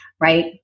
right